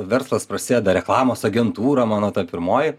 verslas prasideda reklamos agentūra mano ta pirmoji